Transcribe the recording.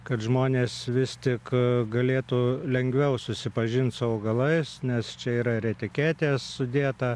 kad žmonės vis tik galėtų lengviau susipažint su augalais nes čia yra ir etiketės sudėta